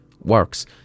works